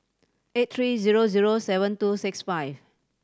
eight three zero zero seven two six five